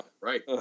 right